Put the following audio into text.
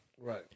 right